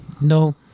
no